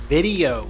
Video